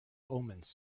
omens